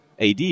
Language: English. AD